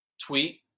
tweet